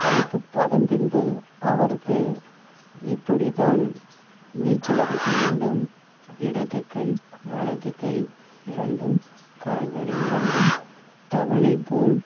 அதற்கு இப்போ அதன் பின்பு அவருக்கு இப்படி தான் நீச்சல் அடிக்க வேண்டும் இடது கை வலது கை இரண்டும் கால்களை இரண்டும் தவளை போல்